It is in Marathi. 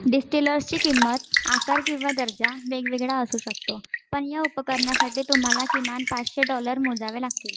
डिस्टिलर्सची किंमत आकार किंवा दर्जा वेगवेगळा असू शकतो पण या उपकरणासाठी तुम्हाला किमान पाचशे डॉलर मोजावे लागतील